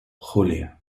julia